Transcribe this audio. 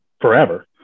forever